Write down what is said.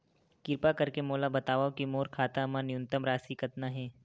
किरपा करके मोला बतावव कि मोर खाता मा न्यूनतम राशि कतना हे